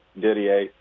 Didier